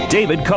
David